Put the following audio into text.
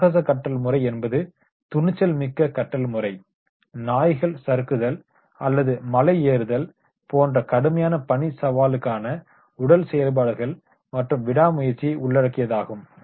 சாகச கற்றல் முறை என்பது துணிச்சல்மிக்க கற்றல் முறை நாய்கள் சறுக்குதல் அல்லது மலை ஏறுதல் போன்ற கடுமையான பணிக்குசவாலான உடல் செயல்பாடுகள் மற்றும் விடாமுயற்சியை உள்ளடக்கியதாகும்